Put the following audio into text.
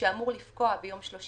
שאמור לפקוע ביום 31